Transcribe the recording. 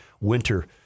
winter